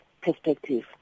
perspective